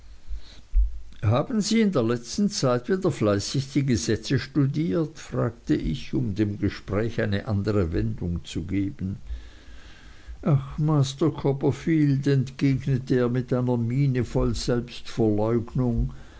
haben sie in der letzten zeit wieder fleißig die gesetze studiert fragte ich um dem gespräch eine andre wendung zu geben ach master copperfield entgegnete er mit einer miene voll selbstverleugnung